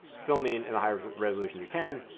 filming in a higher resolution you can.